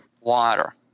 water